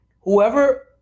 whoever